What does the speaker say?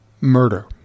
murder